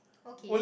okay